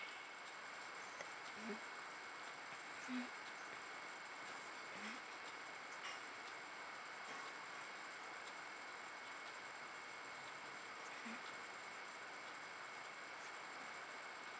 mmhmm mm mm